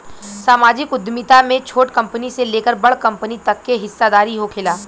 सामाजिक उद्यमिता में छोट कंपनी से लेकर बड़ कंपनी तक के हिस्सादारी होखेला